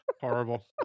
horrible